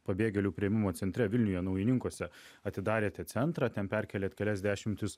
pabėgėlių priėmimo centre vilniuje naujininkuose atidarėte centrą ten perkėlėt kelias dešimtis